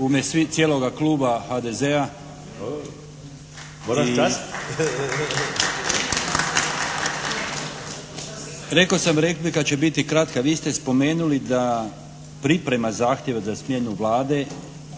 ime cijeloga kluba HDZ-a i … /Pljesak./ Rekao sam replika će biti kratka. Vi ste spomenuli da priprema zahtjeva za smjenu Vlade